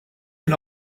can